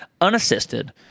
unassisted